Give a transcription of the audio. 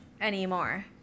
anymore